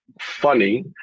funny